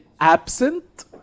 absent